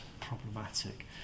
problematic